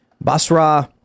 basra